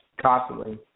constantly